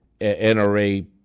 NRA